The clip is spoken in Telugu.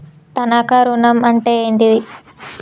తనఖా ఋణం అంటే ఏంటిది?